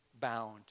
bound